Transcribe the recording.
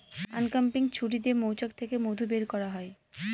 uncapping ছুরি দিয়ে মৌচাক থেকে মধু বের করা হয়